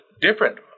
different